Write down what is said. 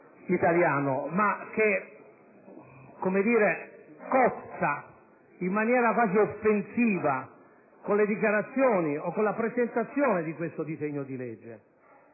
italiano, ma che cozza in maniera quasi offensiva con le dichiarazioni o con la presentazione di questo disegno di legge.